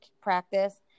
practice